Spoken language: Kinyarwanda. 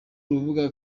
rubuga